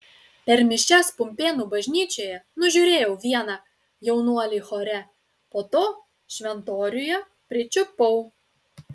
per mišias pumpėnų bažnyčioje nužiūrėjau vieną jaunuolį chore po to šventoriuje pričiupau